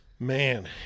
Man